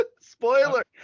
Spoiler